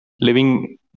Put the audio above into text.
living